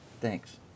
Thanks